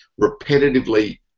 repetitively